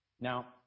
Now